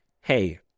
hey